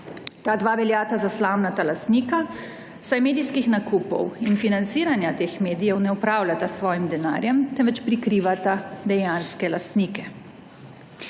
Ta dva veljata za slamnata lastnika, saj medijskih nakupov in financiranja teh medijev ne opravljata s svojim denarjem, temveč prikrivata dejanske lastnike.